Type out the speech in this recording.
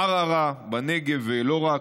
ערערה בנגב, ולא רק,